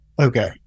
Okay